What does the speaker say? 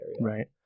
Right